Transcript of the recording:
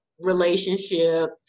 relationship